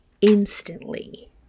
instantly